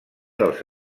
dels